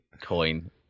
coin